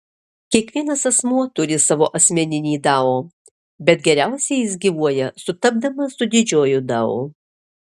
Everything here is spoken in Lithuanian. kiekvienas asmuo turi savo asmeninį dao bet geriausiai jis gyvuoja sutapdamas su didžiuoju dao